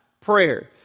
prayer